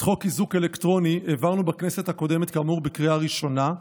את חוק איזוק אלקטרוני העברנו בכנסת הקודמת כאמור בקריאה ראשונה.